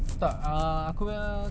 oh dia bukan ada anak bini ya